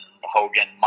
Hogan